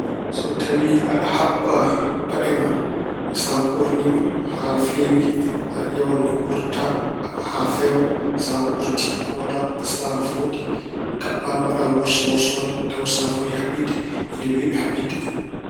So tawi aɗa haɓɓa paɗe ma, sa ɓoorniima haa feewi, a ƴeewan ngurta haa feewa. Sa wurti pooɗaa. Sa fooɗi, kaɓba, mbaɗa worsoworsoode tawa sa fawi haɓɓitde ina weeɓi haɓɓitde.